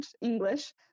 English